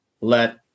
let